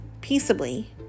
peaceably